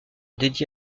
dédié